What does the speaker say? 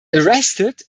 arrested